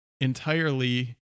entirely